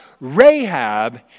Rahab